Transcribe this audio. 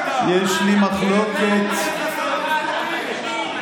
-- התחברת איתם --- אתה עשית אותם.